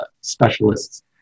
specialists